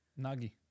Nagi